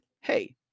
hey